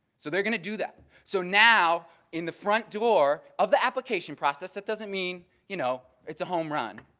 so they're going to do that. so now in the front door of the application process, that doesn't mean, you know, it's a home run,